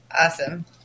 Awesome